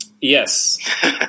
Yes